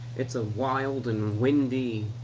it's a wild and windy